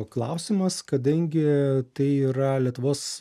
klausimas kadangi tai yra lietuvos